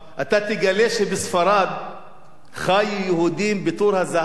חיו יהודים בתור הזהב תחת משטר אסלאמי,